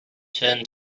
turn